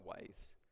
ways